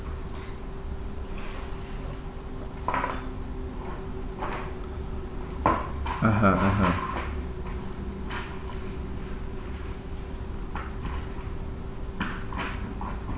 (uh huh) (uh huh)